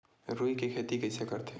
रुई के खेती कइसे करथे?